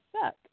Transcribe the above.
suck